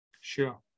Sure